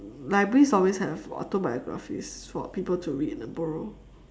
libraries always have autobiographies for people to read and borrow